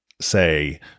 say